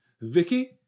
Vicky